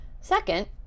second